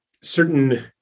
certain